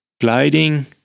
gliding